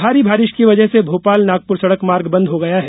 भारी बारिश की वजह से भोपाल नागपुर सड़क मार्ग बन्द हो गया है